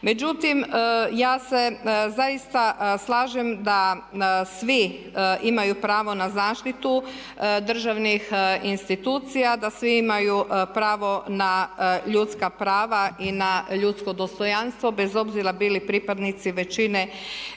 Međutim, ja se zaista slažem da svi imaju pravo na zaštitu državnih institucija, da svi imaju pravo na ljudska prava i na ljudsko dostojanstvo bez obzira bili pripadnici većine